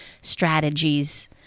strategies